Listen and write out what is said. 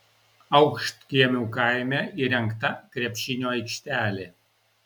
aukštkiemių kaime įrengta krepšinio aikštelė